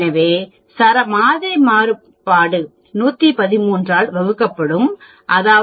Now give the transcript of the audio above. எனவே மாதிரி மாறுபாடு 113 ஆல் வகுக்கப்படும் அதாவது 1